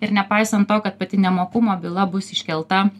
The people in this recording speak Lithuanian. ir nepaisant to kad pati nemokumo byla bus iškelta